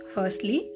Firstly